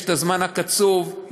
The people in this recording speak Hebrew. יש הזמן הקצוב,